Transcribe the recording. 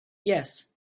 yes